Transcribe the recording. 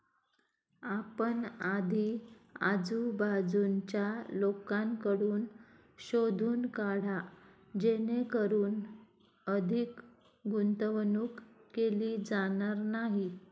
आपण आधी आजूबाजूच्या लोकांकडून शोधून काढा जेणेकरून अधिक गुंतवणूक केली जाणार नाही